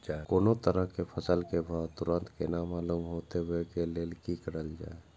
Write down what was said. कोनो तरह के फसल के भाव तुरंत केना मालूम होते, वे के लेल की करल जाय?